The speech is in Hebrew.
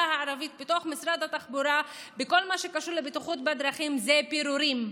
הערבית בתוך משרד התחבורה בכל מה שקשור לבטיחות בדרכים זה פירורים.